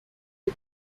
des